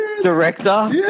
director